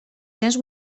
cents